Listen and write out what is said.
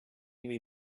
you